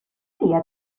día